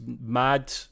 mad